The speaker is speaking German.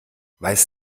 weiß